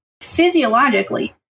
physiologically